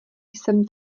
jsem